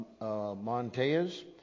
Montez